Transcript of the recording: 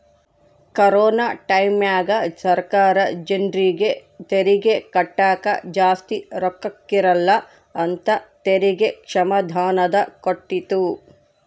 corona ಟೈಮ್ಯಾಗ ಸರ್ಕಾರ ಜರ್ನಿಗೆ ತೆರಿಗೆ ಕಟ್ಟಕ ಜಾಸ್ತಿ ರೊಕ್ಕಿರಕಿಲ್ಲ ಅಂತ ತೆರಿಗೆ ಕ್ಷಮಾದಾನನ ಕೊಟ್ಟಿತ್ತು